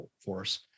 force